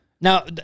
Now